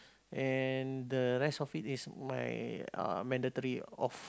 and the rest of it is my uh mandatory off